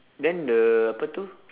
then the apa itu